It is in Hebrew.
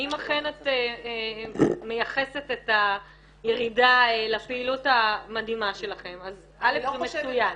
אם אכן את מייחסת את הירידה לפעילות המדהימה שלכם אז א' זה מצוין.